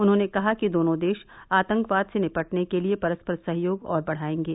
उन्होंने कहा कि दोनों देश आतंकवाद से निपटने के लिए परस्पर सहयोग और बढ़ाएंगे